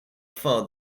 far